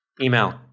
Email